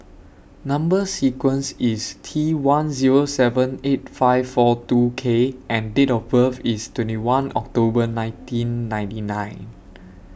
Number sequence IS T one Zero seven eight five four two K and Date of birth IS twenty one October nineteen ninety nine